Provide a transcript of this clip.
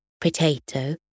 Potato